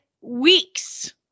weeks